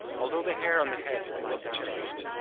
although the hair on the head is thus cherished,